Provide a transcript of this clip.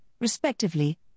respectively